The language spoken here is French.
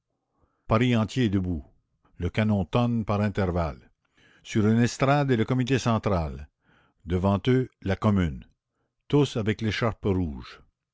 paris entier est debout le canon tonne par intervalles sur une estrade est le comité central devant eux la commune tous avec l'écharpe rouge